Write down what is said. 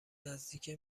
نزدیکه